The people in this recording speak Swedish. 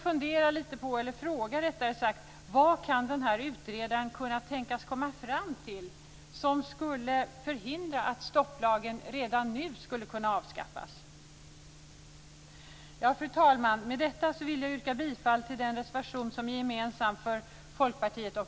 För mig och för Folkpartiet är det helt självklart att riksdagens beslut att upphäva stopplagen skall fattas omgående. Fru talman! Med detta vill jag yrka bifall till den reservation som är gemensam för Folkpartiet och